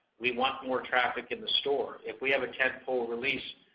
we want more traffic in the store. if we have a technical release